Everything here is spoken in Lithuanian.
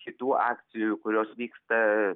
kitų akcijų kurios vyksta